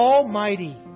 Almighty